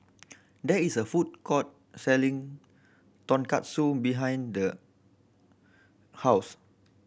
there is a food court selling Tonkatsu behind The House